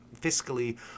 fiscally